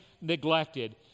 neglected